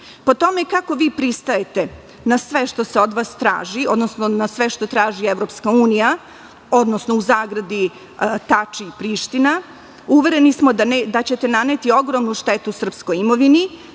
UN.Po tome kako pristajete na sve što se od vas traži, odnosno na sve što traži EU, odnosno u zagradi Tači i Priština, uvereni smo da ćete naneti ogromnu štetu srpskoj imovini